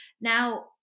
now